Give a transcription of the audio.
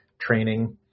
training